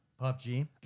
PUBG